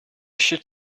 should